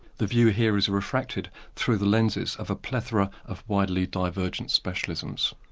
the view here is refracted through the lenses of a plethora of widely divergent specialisms.